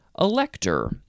elector